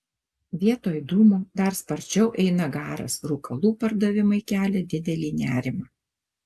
vietoj dūmo dar sparčiau eina garas rūkalų pardavimai kelia didelį nerimą